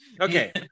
okay